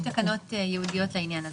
יש תקנות ייעודיות לעניין הזה.